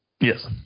Yes